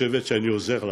חושבת שאני עוזר לה,